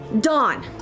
Dawn